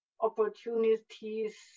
opportunities